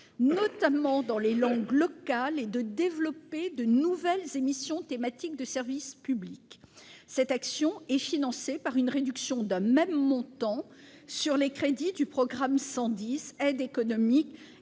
notamment dans les langues locales, et de développer de nouvelles émissions thématiques de service public. Cette action est financée par une réduction d'un même montant sur les crédits du programme 110, « Aide économique